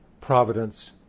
Providence